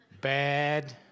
bad